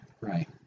Right